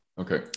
Okay